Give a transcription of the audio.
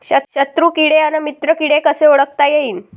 शत्रु किडे अन मित्र किडे कसे ओळखता येईन?